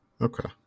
Okay